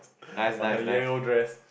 on her yellow dress